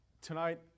Tonight